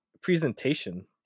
presentation